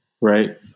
right